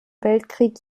weltkrieg